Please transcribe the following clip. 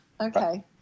Okay